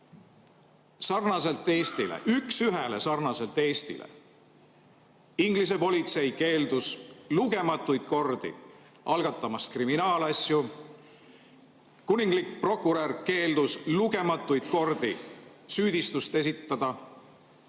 Sarnaselt Eestiga, üks ühele sarnaselt Eestiga, Inglise politsei keeldus lugematuid kordi algatamast kriminaalasju. Kuninglik prokurör keeldus lugematuid kordi süüdistuse esitamisest.